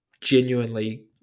genuinely